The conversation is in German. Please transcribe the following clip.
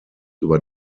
über